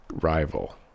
rival